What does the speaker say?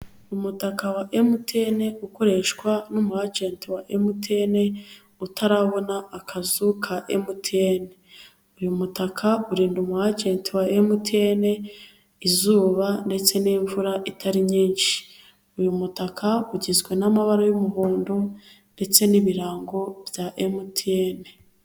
Umutaka wa MTN ukoreshwa n'umu ajenti wa MTN utarabona akazu ka MTN, uyu mutaka urinda umu ajenti wa MTN izuba ndetse n'imvura itari nyinshi, uyu mutaka ugizwe n'amabara y'umuhondo ndetse n'ibirango bya MTN.